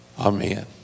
Amen